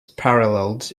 paralleled